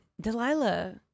Delilah